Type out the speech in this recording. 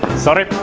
sorry!